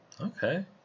Okay